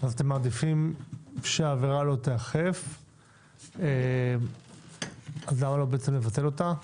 אתם מעדיפים שהעבירה לא תיאכף, לבטל אותה?